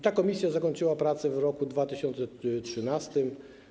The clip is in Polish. Ta komisja zakończyła pracę w roku 2013.